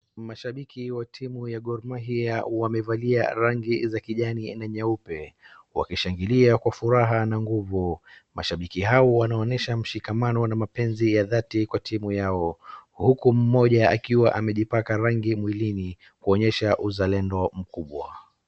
Mashabiki wa timu ya Gor Mahia wamevalia rangi za kijani na nyeupe wakishangilia kwa furaha na nguvu. Mashabiki hao wanaonesha mshikamano na mapenzi ya dhati kwa timu yao huku mmoja akiwa amejipaka rangi mwilini kuonyesha uzalendo mkubwa.